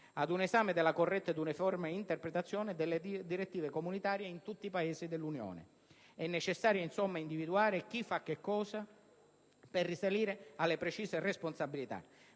ad un esame della corretta ed uniforme interpretazione delle direttive comunitarie in tutti i Paesi dell'Unione europea. È necessario, insomma, individuare "chi fa cosa" per risalire alle precise responsabilità.